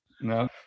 No